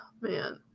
man